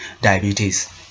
diabetes